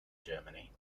germany